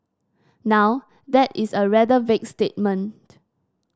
now that is a rather vague statement